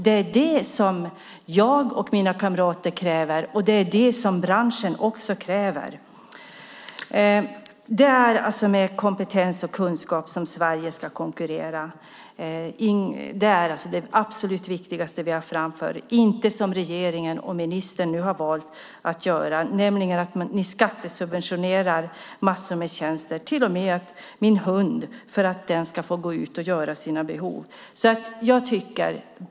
Det är det som jag och mina kamrater kräver, och det är det som branschen också kräver. Det är med kompetens och kunskap som Sverige ska konkurrera. Det är det absolut viktigaste vi har framför oss. Det ska inte vara som regeringen och ministern har valt att göra, nämligen att skattesubventionera en mängd tjänster - till och med så att min hund ska få gå ut och göra sina behov.